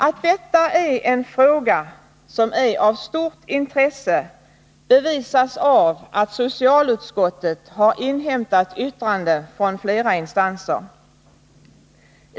Att detta är en fråga som är av stort intresse bevisas av att socialutskottet har inhämtat yttranden från flera instanser.